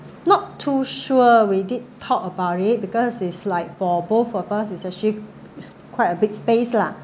not too sure we did talk about it because it's like for both of us it's actually it's quite a big space lah